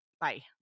Bye